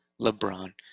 LeBron